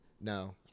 no